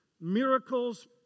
miracles